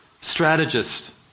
strategist